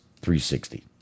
360